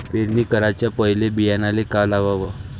पेरणी कराच्या पयले बियान्याले का लावाव?